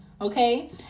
okay